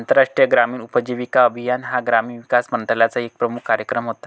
राष्ट्रीय ग्रामीण उपजीविका अभियान हा ग्रामीण विकास मंत्रालयाचा एक प्रमुख कार्यक्रम होता